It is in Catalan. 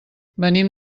venim